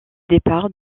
départ